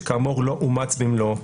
שכאמור לא אומץ במלואו.